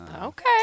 Okay